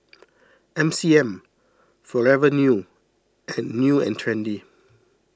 M C M Forever New and New and Trendy